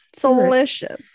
Delicious